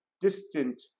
distant